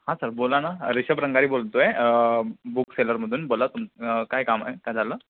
हा सर बोला ना रिषभ रंगारी बोलतो आहे बुक सेलरमधून बोला तुम काय काम आहे काय झालं